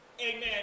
amen